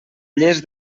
lles